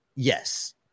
Yes